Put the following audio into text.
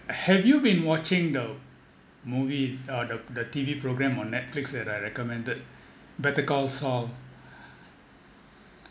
have you been watching the movie uh the the T_V programme on netflix that I recommended better call saul